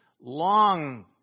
long